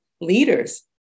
leaders